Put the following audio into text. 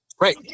Right